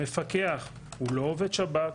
המפקח הוא לא עובד שב"כ,